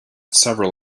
several